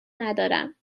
ندارم